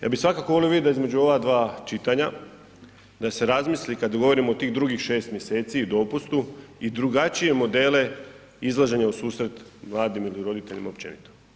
Ja bih svakako volio vidjeti da između ova dva čitanja da se razmisli kad govorimo o tih 6 mjeseci i dopustu i drugačije modele izlaženja ususret mladima ili roditeljima općenito.